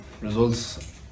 results